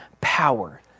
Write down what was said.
power